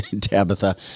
Tabitha